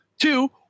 Two